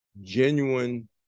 genuine